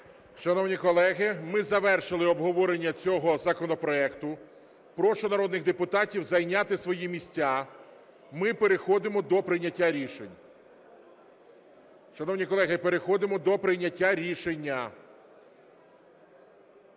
Шановні колеги, ми завершили обговорення цього законопроекту. Прошу народних депутатів зайняти свої місця, ми переходимо до прийняття рішення. Шановні колеги, переходимо до прийняття рішення.